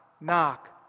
knock